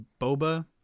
Boba